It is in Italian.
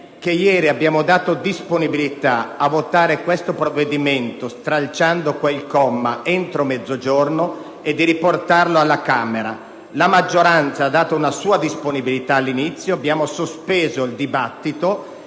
che ieri abbiamo dato disponibilità a votare questo provvedimento stralciando quel comma entro mezzogiorno e a riportarlo all'esame della Camera. La maggioranza ha dato all'inizio la sua disponibilità, abbiamo sospeso il dibattito